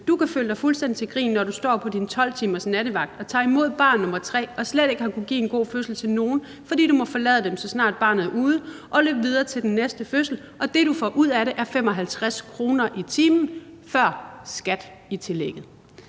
Du kan føle dig fuldstændig til grin, når du står på din 12-timersnattevagt og tager imod barn nummer tre og slet ikke har kunnet give en god fødsel til nogen, fordi du må forlade dem, så snart barnet er ude, og løbe videre til den næste fødsel, og at det, du får ud af det, er 55 kr. i timen før skat i tillægget.